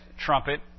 trumpet